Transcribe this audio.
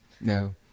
No